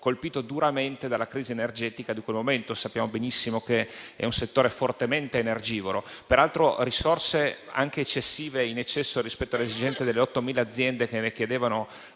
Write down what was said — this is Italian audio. colpito duramente dalla crisi energetica di quel momento. Sappiamo benissimo che è un settore fortemente energivoro. Peraltro, si trattava di risorse anche eccessive rispetto alle esigenze delle 8.000 aziende che ne chiedevano